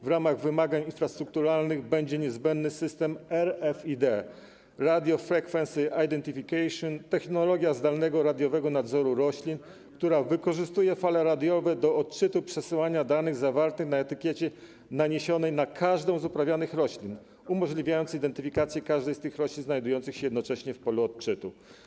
W ramach wymagań infrastrukturalnych niezbędny będzie system RFID, radio-frequency identification, technologia zdalnego, radiowego nadzoru roślin, która wykorzystuje fale radiowe do odczytu i przesyłania danych zawartych na etykiecie naniesionej na każdą z uprawianych roślin, umożliwiając identyfikację każdej z tych roślin znajdujących się jednocześnie w polu odczytu.